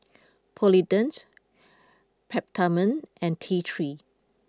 Polident Peptamen and T three